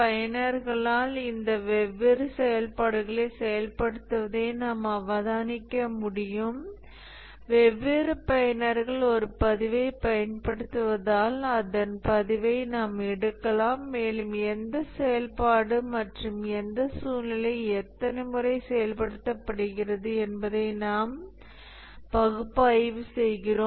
பயனர்களால் இந்த வெவ்வேறு செயல்பாடுகளை செயல்படுத்துவதை நாம் அவதானிக்க முடியும் வெவ்வேறு பயனர்கள் ஒரு பதிவைப் பயன்படுத்துவதால் அதன் பதிவை நாம் எடுக்கலாம் மேலும் எந்த செயல்பாடு மற்றும் எந்த சூழ்நிலை எத்தனை முறை செயல்படுத்தப்படுகிறது என்பதை நாம் பகுப்பாய்வு செய்கிறோம்